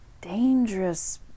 dangerous